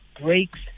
breaks